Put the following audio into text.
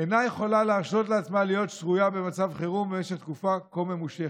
אינה יכולה להרשות לעצמה להיות שרויה במצב חירום במשך תקופה כה ממושכת,